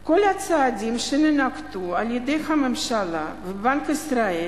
כל הצעדים שננקטו על-ידי הממשלה ובנק ישראל